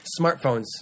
Smartphones